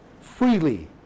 freely